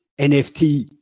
NFT